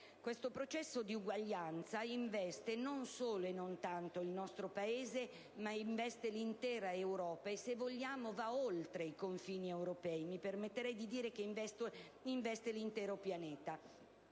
Questo processo di uguaglianza investe non solo e non tanto il nostro Paese, ma tutta l'Europa e, se vogliamo, va oltre i confini europei perché investe l'intero pianeta.